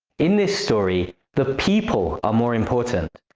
in this story, the people are more important,